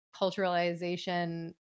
culturalization